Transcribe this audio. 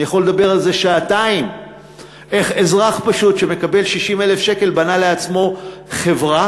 אני יכול לדבר שעתיים על איך אזרח פשוט שמקבל 60,000 שקל בנה לעצמו חברה